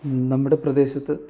നമ്മുടെ പ്രദേശത്ത്